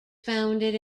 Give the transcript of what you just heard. founded